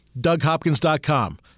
DougHopkins.com